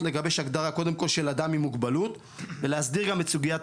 לגבש הגדרה קודם כל של אדם עם מוגבלות ולהסדיר גם את סוגיית